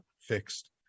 fixed